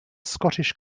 scottish